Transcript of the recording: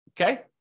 okay